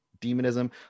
demonism